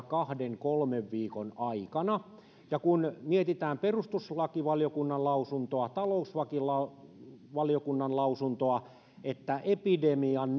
kahden viiva kolmen viikon aikana ja kun mietitään perustuslakivaliokunnan lausuntoa talousvaliokunnan lausuntoa että epidemian